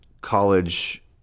college